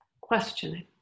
questioning